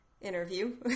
interview